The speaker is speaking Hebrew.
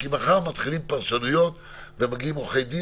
כי מחר מתחילות פרשנויות ומגיעים עורכי דין